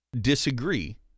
disagree